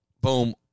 Boom